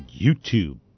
YouTube